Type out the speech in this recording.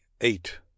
eight